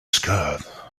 skirt